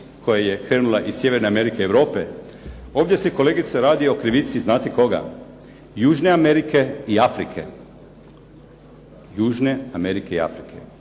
koja je krenula iz Sjeverne Amerike i Europe. Ovdje se kolegice radi o krivici znate koga? Južne Amerike i Afrike. Naime tamo se